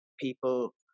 people